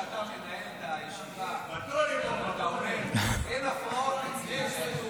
כשאתה מנהל את הישיבה אתה אומר: אין הפרעות אצלי,